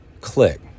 click